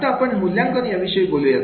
आता आपण मूल्यांकन विषयी बोलूया